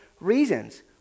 reasons